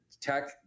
tech